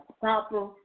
proper